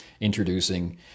introducing